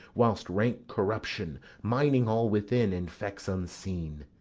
whilst rank corruption, mining all within, infects unseen.